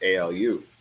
ALU